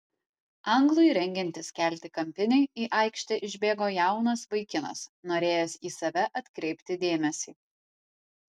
anglui rengiantis kelti kampinį į aikštę išbėgo jaunas vaikinas norėjęs į save atkreipti dėmesį